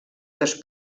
dos